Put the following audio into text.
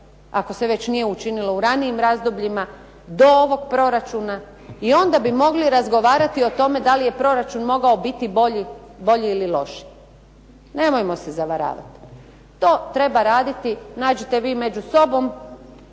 ako se već nije učinilo u ranijim razdobljima, do ovog proračuna i onda bi mogli razgovarati o tome da li je proračun mogao biti bolji ili lošiji. Nemojmo se zavaravati, to treba raditi nađite vi među sobom